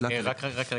רגע.